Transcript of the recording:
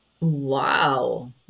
Wow